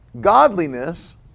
Godliness